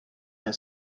and